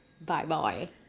Bye-bye